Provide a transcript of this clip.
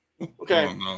okay